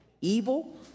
evil